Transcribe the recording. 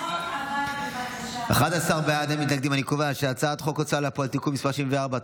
חוק ההוצאה לפועל (תיקון מס' 74),